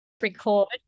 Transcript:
record